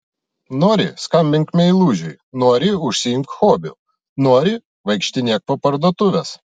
nori skambink meilužiui nori užsiimk hobiu nori vaikštinėk po parduotuves